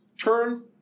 turn